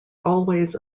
always